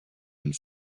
and